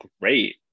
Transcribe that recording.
great